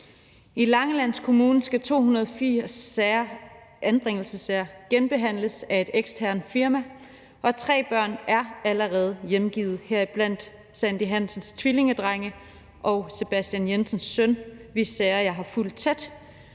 I Langeland Kommune skal 280 anbringelsessager genbehandles af et eksternt firma, og tre børn er allerede hjemgivet, heriblandt Sandie Hansens tvillingedrenge og Sebastian Jensens søn, hvis sager jeg har fulgt tæt,